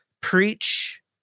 preach